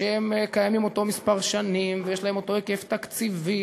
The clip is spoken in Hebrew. שקיימים אותו מספר שנים ויש להם אותו היקף תקציבי,